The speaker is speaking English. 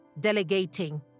delegating